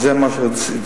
וזה מה שהתכוונתי,